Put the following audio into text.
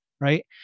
right